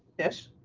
yes,